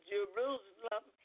Jerusalem